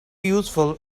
useful